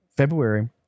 February